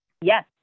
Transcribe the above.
Yes